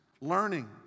learning